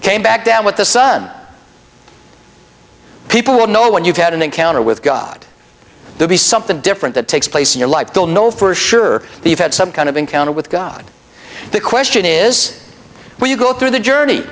came back down with the sun people will know when you've had an encounter with god they'll be something different that takes place your life will know for sure you've had some kind of encounter with god the question is when you go through the journey